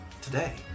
today